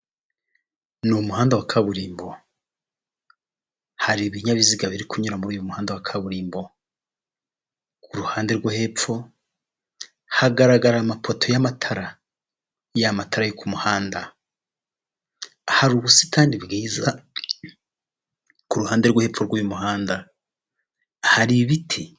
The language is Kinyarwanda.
Ni umuhanda wa kaburimbo, hari ibinyabiziga biri kunyura muri uyu muhanda wa kaburimbo. Kuruhande rwo hepfo hagaragara amapoto y'amatara ya matara yo ku muhanda, hari ubusitani bwiza, ku ruhande rwo hepfo rw'uyu muhanda hari ibiti.